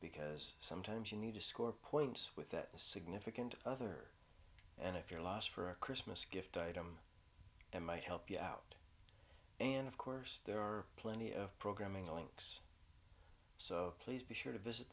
because sometimes you need to score points with a significant other and if you're lost for a christmas gift item and might help you out and of course there are plenty of programming links so please be sure to visit